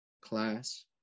class